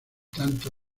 tanto